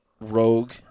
Rogue